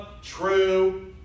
True